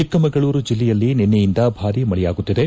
ಚಿಕ್ಕಮಗಳೂರು ಜಿಲ್ಲೆಯಲ್ಲಿ ನಿನ್ನೆಯಿಂದ ಭಾರೀ ಮಳೆಯಾಗುತ್ತಿದೆ